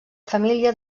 família